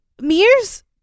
Mears